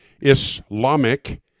Islamic